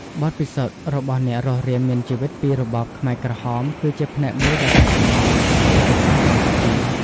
បទពិសោធន៍របស់អ្នករស់រានមានជីវិតពីរបបខ្មែរក្រហម គឺជាផ្នែកមួយដ៏សំខាន់នៃប្រវត្តិសាស្ត្រកម្ពុជា។